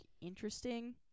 interesting